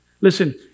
Listen